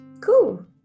Cool